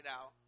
out